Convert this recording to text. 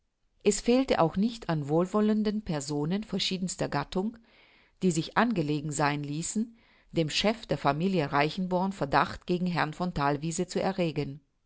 es fehlte also auch nicht an wohlwollenden personen verschiedenster gattung die sich angelegen sein ließen dem chef der familie reichenborn verdacht gegen herrn von thalwiese zu erregen